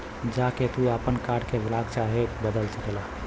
जा के तू आपन कार्ड के ब्लाक चाहे बदल सकेला